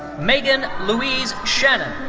megan louise shannon.